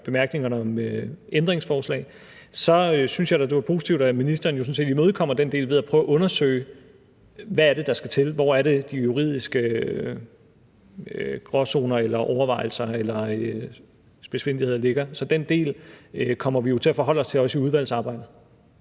bemærkningerne om ændringsforslag, så vil jeg sige, at jeg da synes, det var positivt, at ministeren sådan set imødekommer den del ved at prøve at undersøge, hvad det er, der skal til, hvor det er, de juridiske gråzoner eller overvejelser eller spidsfindigheder ligger. Så den del kommer vi jo til at forholde os til, også i udvalgsarbejdet.